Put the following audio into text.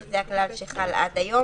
שזה הכלל שחל עד היום,